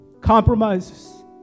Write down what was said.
compromises